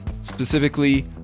specifically